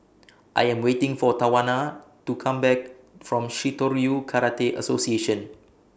I Am waiting For Tawana to Come Back from Shitoryu Karate Association